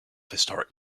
historic